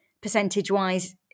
percentage-wise